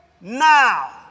Now